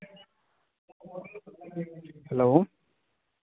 hello